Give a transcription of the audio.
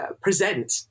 present